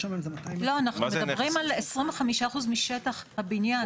אנחנו מדברים על 25% משטח הבניין.